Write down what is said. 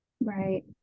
right